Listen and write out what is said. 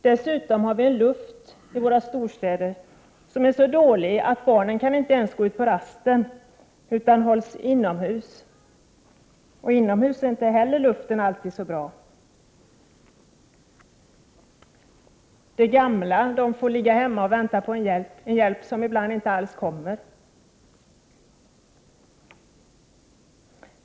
Dessutom har vi i våra storstäder luft som är så dålig att skolbarnen inte ens kan gå ut på rasterna utan måste hållas inomhus. Inomhus är inte heller luften alltid så bra. De gamla får ligga hemma och vänta på hjälp, som ibland inte alls kommer.